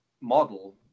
model